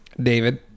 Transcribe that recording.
david